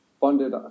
funded